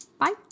bye